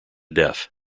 death